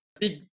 big